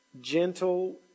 gentle